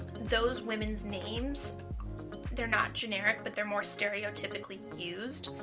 those women's names they're not generic but they're more stereotypically used